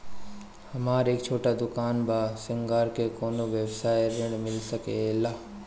हमर एक छोटा दुकान बा श्रृंगार के कौनो व्यवसाय ऋण मिल सके ला?